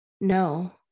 No